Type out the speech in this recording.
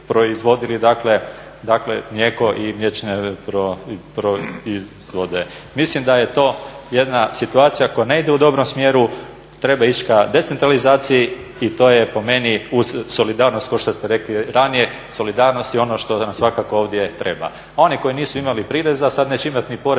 proizvodili dakle mlijeko i mliječne proizvode. Mislim da je to jedna situacija koja ne ide u dobrom smjeru, treba ići ka decentralizaciji i to je po meni uz solidarnost kao što ste rekli ranije, solidarnost je ono što nam svakako ovdje treba. Oni koji nisu imali prireza sad neće imati ni porez na